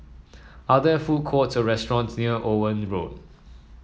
are there food courts or restaurants near Owen Road